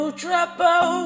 trouble